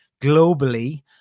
globally